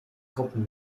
gruppen